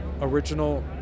original